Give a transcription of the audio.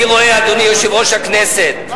אני רואה, אדוני יושב-ראש הכנסת,